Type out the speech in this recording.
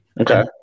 Okay